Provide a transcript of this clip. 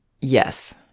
Yes